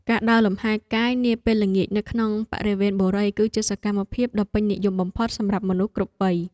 ការដើរលំហែកាយនាពេលល្ងាចនៅក្នុងបរិវេណបុរីគឺជាសកម្មភាពដ៏ពេញនិយមបំផុតសម្រាប់មនុស្សគ្រប់វ័យ។